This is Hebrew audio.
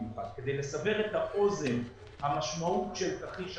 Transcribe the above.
כדי לסבר את האוזן, המשמעות של תרחיש השליטה,